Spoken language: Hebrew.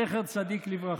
זכר צדיק לברכה.